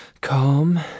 calm